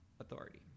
authority